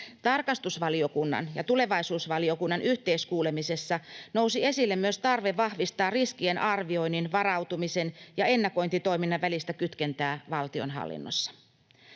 Tarkastusvaliokunnan ja tulevaisuusvaliokunnan yhteiskuulemisessa nousi esille myös tarve vahvistaa riskien arvioinnin, varautumisen ja ennakointitoiminnan välistä kytkentää valtionhallinnossa.